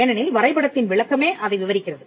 ஏனெனில் வரைபடத்தின் விளக்கமே அதை விவரிக்கிறது